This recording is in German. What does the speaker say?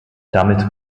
damit